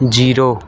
zero